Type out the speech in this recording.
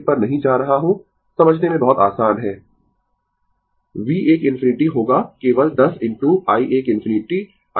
Refer Slide Time 3424 V 1 ∞ होगा केवल 10 into i 1 ∞ 286 volt circuit की ओर देखें और इसे करें i 3 ∞ होगा 2 के पार यह 25 Ω वह है मैंने इसे सही किया यह वहाँ मूल आरेख में नहीं था लेकिन वहाँ 25 Ω है